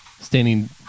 standing